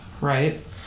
Right